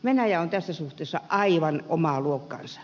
venäjä on tässä suhteessa aivan omaa luokkaansa